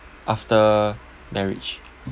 after marriage